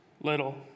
little